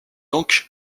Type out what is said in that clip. donc